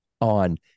on